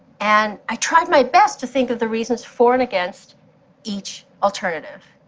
and i tried my best to think of the reasons for and against each alternative.